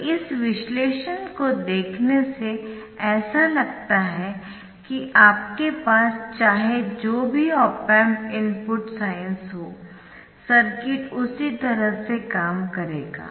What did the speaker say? तो इस विश्लेषण को देखने से ऐसा लगता है कि आपके पास चाहे जो भी ऑप एम्प इनपुट साइन्स हों सर्किट उसी तरह से काम करेगा